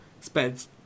spends